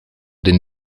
den